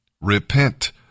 Repent